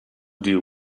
deal